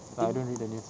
like I don't read the news